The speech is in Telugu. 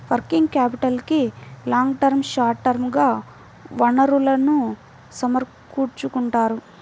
వర్కింగ్ క్యాపిటల్కి లాంగ్ టర్మ్, షార్ట్ టర్మ్ గా వనరులను సమకూర్చుకుంటారు